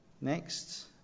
Next